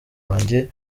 wanjye